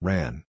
Ran